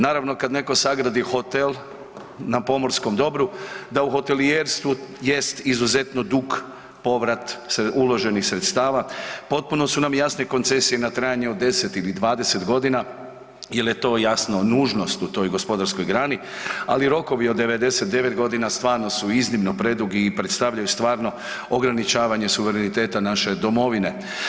Naravno kad neko sagradi hotel na pomorskom dobru da u hotelijerstvu jest izuzetno dug povrat uloženih sredstava, potpuno su nam jasne koncesije na trajanje od 10 ili 20.g. jel je to jasno nužnost u toj gospodarskoj grani, ali rokovi od 99.g. stvarno su iznimno predugi i predstavljaju stvarno ograničavanje suvereniteta naše domovine.